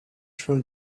from